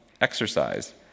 Exercise